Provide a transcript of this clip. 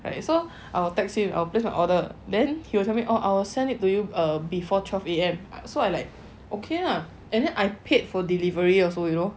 so I'll text him so I'll place my order then he was submit all I'll send to you um before twelve A_M so I like okay lah and then I paid for delivery also you know